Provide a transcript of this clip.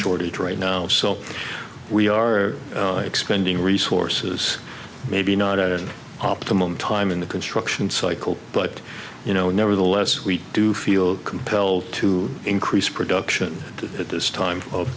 shortage right now so we are expending resources maybe not at an optimum time in the construction cycle but you know nevertheless we do feel compelled to increase production at this time of